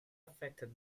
affected